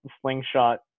slingshot